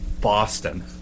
Boston